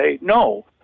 no